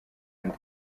nde